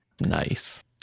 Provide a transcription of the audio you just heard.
Nice